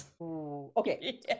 okay